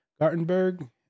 Gartenberg